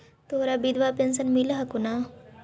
तोहरा विधवा पेन्शन मिलहको ने?